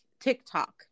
TikTok